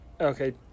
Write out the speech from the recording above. Okay